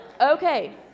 Okay